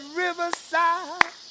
riverside